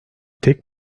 tek